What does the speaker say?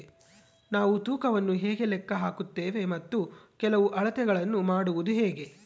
ನಾವು ತೂಕವನ್ನು ಹೇಗೆ ಲೆಕ್ಕ ಹಾಕುತ್ತೇವೆ ಮತ್ತು ಕೆಲವು ಅಳತೆಗಳನ್ನು ಮಾಡುವುದು ಹೇಗೆ?